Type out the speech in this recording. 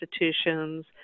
institutions